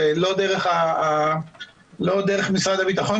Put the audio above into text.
לא דרך משרד הביטחון,